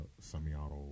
semi-auto